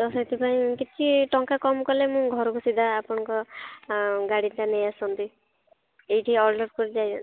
ତ ସେଥିପାଇଁ କିଛି ଟଙ୍କା କମ୍ କଲେ ମୁଁ ଘରକୁ ସିଧା ଆପଣଙ୍କ ଗାଡ଼ିଟା ନେଇଆସନ୍ତି ଏଇଠି ଅଲଡ଼